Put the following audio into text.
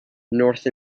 north